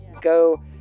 go